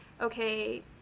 Okay